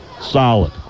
Solid